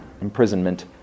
imprisonment